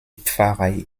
pfarrei